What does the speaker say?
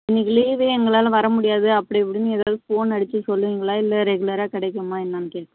இன்றைக்கு லீவு எங்களால் வர முடியாது அப்படி இப்படின்னு எதாவது ஃபோன் அடிச்சு சொல்லுவிங்களா இல்லை ரெகுலராக கிடைக்குமா என்னென்னு கேக்